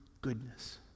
goodness